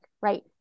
right